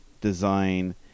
design